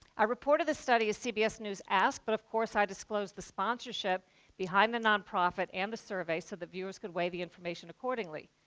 i reported the study, as cbs news asked, but of course, i disclosed the sponsorship behind the non-profit and the survey so the viewers could weigh the information accordingly.